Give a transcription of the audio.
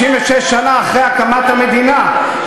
66 שנה אחרי הקמת המדינה,